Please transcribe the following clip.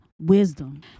wisdom